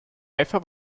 pfeiffer